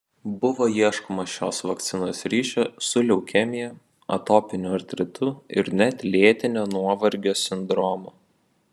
buvo ieškoma šios vakcinos ryšio su leukemija atopiniu artritu ir net lėtinio nuovargio sindromu